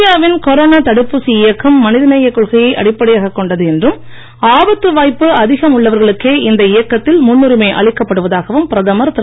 இந்தியாவின் கொரோனா தடுப்பூசி இயக்கம் மனிதநேயக் கொள்கையை அடிப்படையாகக் கொண்டது என்றும் ஆபத்து வாய்ப்பு அதிகம் உள்ளவர்களுக்கே இந்த இயக்கத்தில் முன்னுரிமை அளிக்கப் படுவதாகவும் பிரதமர் திரு